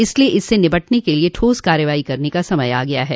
इसलिए इससे निपटने के लिए ठोस कार्रवाई करने का समय आ गया है